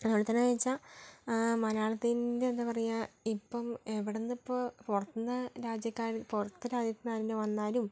അതുപോലെ തന്നെ എന്ന് വെച്ചാൽ മലയാളത്തിന്റെ എന്താ പറയുക ഇപ്പം എവിടുന്ന് ഇപ്പോൾ പുറത്ത് നിന്ന് രാജ്യക്കാര് പുറത്ത് രാജ്യത്ത് നിന്ന് ആരെങ്കിലും വന്നാലും